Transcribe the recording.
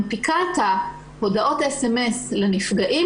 ובעצם למוחרת מנפיקה את הודעות ה-SMS לנפגעים.